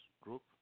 group